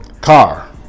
car